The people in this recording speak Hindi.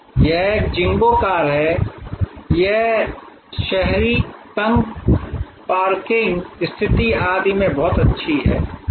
यह एक ज़िंगो कार है यह शहरी तंग पार्किंग स्थिति आदि में बहुत अच्छी है